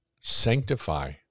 sanctify